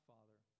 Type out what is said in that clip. Father